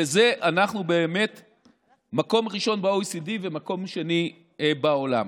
בזה אנחנו במקום הראשון ב-OECD ובמקום השני בעולם.